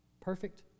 perfect